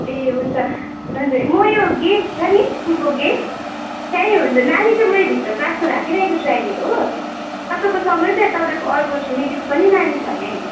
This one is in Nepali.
ए हुन्छ हुन्छ म यो गेट छ नि स्कुलको गेट त्यहीँ हुन्छु नानी चाहिँ म योभित्र क्लासमा राखिराखेको छु अहिले हो तपाईँकोसँगै छ तपाईँको अर्को छिमेकीको पनि नानी छ यहीँ